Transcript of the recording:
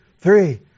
three